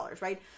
right